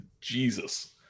Jesus